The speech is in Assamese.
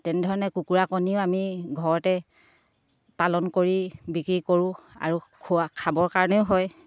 তেনেধৰণে কুকুৰা কণীও আমি ঘৰতে পালন কৰি বিক্ৰী কৰোঁ আৰু খোৱা খাবৰ কাৰণেও হয়